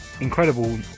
incredible